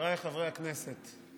חבריי חברי הכנסת,